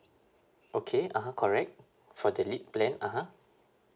okay (uh huh) correct for the lead plan (uh huh)